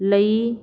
ਲਈ